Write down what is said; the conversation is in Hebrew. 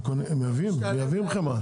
הם מייבאים חמאה.